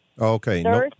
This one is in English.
Okay